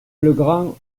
legrand